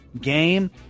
Game